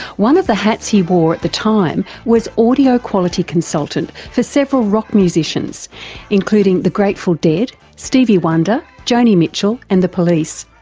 one of the hats he wore at the time was audio quality consultant for several rock musicians including the grateful dead, stevie wonder, joni mitchell and the police.